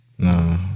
Nah